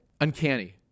uncanny